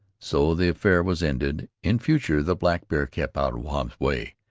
so the affair was ended in future the blackbear kept out of wahb's way,